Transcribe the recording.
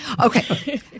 Okay